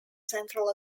central